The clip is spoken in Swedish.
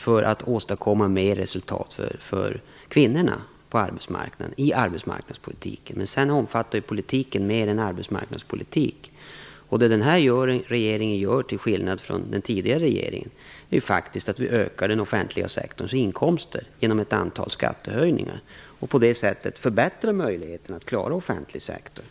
för att åstadkomma bättre resultat för kvinnorna på arbetsmarknaden. Politiken omfattar ju mer än arbetsmarknadspolitik. Till skillnad från den tidigare regeringen ökar den här regeringen faktiskt den offentliga sektorns inkomster genom ett antal skattehöjningar, och på det sättet förbättras möjligheterna att klara den offentliga sektorn.